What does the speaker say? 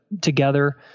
together